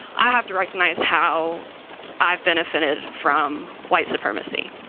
i have to recognize how i've benefited from white supremacy.